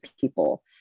people